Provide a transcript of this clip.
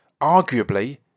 arguably